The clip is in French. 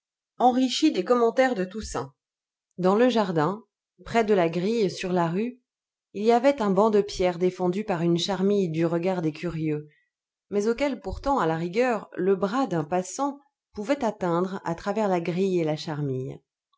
enrichies des commentaires de toussaint dans le jardin près de la grille sur la rue il y avait un banc de pierre défendu par une charmille du regard des curieux mais auquel pourtant à la rigueur le bras d'un passant pouvait atteindre à travers la grille et la charmille